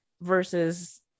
versus